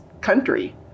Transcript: country